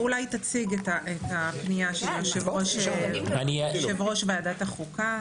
אולי תציג את פניית יושב ראש ועדת החוקה.